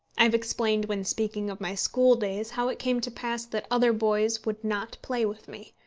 i have explained, when speaking of my school-days, how it came to pass that other boys would not play with me.